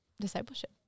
discipleship